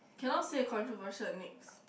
cannot say controversial next